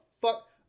fuck